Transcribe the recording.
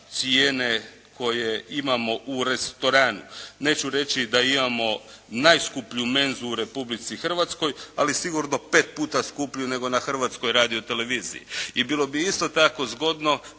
cijene koje imamo u restoranu. Neću reći da imamo najskuplju menzu u Republici Hrvatskoj ali sigurno pet puta skuplju nego na Hrvatskoj radioteleviziji i bilo bi isto tako zgodno